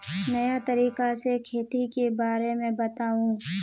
नया तरीका से खेती के बारे में बताऊं?